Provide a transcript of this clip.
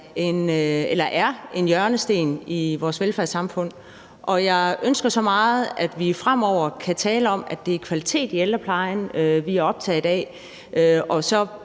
er en hjørnesten i vores velfærdssamfund, og jeg ønsker så meget, at vi fremover kan tale om, at det er kvalitet i ældreplejen, vi er optaget af,